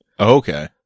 Okay